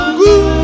good